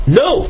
no